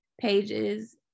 pages